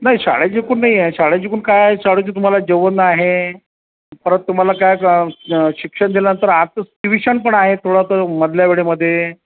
नाही शाळेचे कुणी नाही आहे शाळेची कुणी काय शाळेचे तुम्हाला जेवण आहे परत तुम्हाला काय शिक्षण दिल्यानंतर आत ट्युशन पण आहे थोडा तर मधल्या वेळेमध्ये